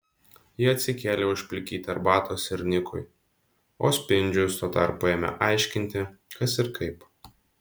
ji atsikėlė užplikyti arbatos ir nikui o spindžius tuo tarpu ėmė aiškinti kas ir kaip